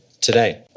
today